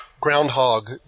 Groundhog